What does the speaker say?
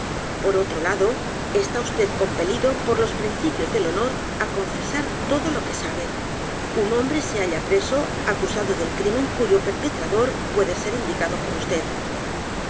r otro lado está vd compelido por los principios del honor á confesar todo lo que sabe un hombre se halla preso acusado del crimen cuyo perpetrador puede ser indicado por vd